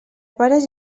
pares